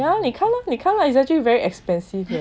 yeah lor 你看 lor 你看 lah is actually very expensive 的